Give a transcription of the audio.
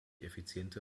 effiziente